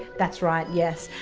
that's right, yes,